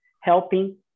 helping